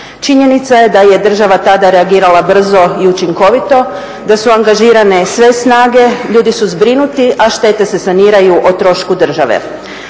Činjenica je da je država tada reagirala brzo i učinkovito, da su angažirane sve snage, ljudi su zbrinuti a štete se saniraju o trošku države.